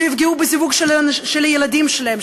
שיפגעו בזיווג של הילדים שלהן,